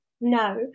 No